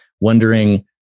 wondering